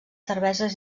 cerveses